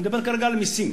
אני מדבר כרגע על מסים.